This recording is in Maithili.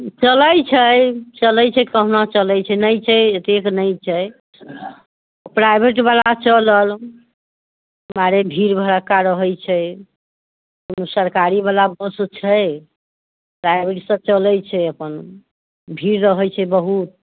चलैत छै चलैत छै कहुना चलैत छै नहि छै एतेक नहि छै प्राइवेट बला चलल मारे भीड़ भरक्का रहैत छै कोनो सरकारी बला बस छै प्राइवेट सब चलैत छै अपन भीड़ रहैत छै बहुत